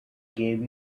gave